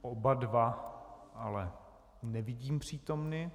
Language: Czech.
Oba dva ale nevidím přítomny.